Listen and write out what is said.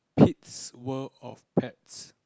Pete's world of pets